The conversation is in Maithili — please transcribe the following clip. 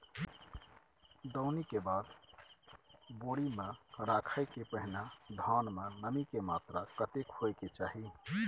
दौनी के बाद बोरी में रखय के पहिने धान में नमी के मात्रा कतेक होय के चाही?